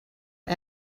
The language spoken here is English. one